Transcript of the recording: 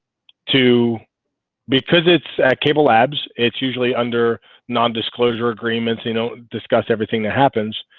too because it's at cablelabs. it's usually under nondisclosure agreements, you know discuss everything that happens,